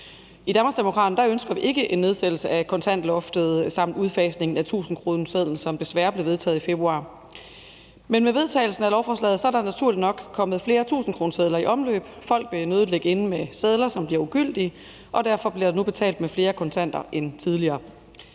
I Danmarksdemokraterne ønsker vi ikke en nedsættelse af kontantloftet samt udfasningen af tusindkronesedlen, som desværre blev vedtaget i februar. Men med vedtagelsen af lovforslaget er der naturligt nok kommet flere tusindkronesedler i omløb, folk vil nødig ligge inde med sedler, som bliver ugyldige, og derfor bliver der nu betalt med flere kontanter end tidligere.